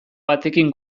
batekin